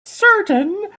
certain